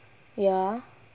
ya